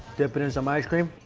dip it in some ice cream.